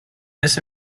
this